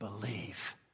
believe